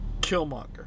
Killmonger